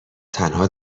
تنها